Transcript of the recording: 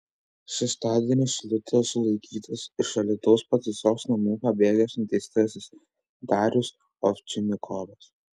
šeštadienį šilutėje sulaikytas iš alytaus pataisos namų pabėgęs nuteistasis darius ovčinikovas